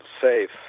safe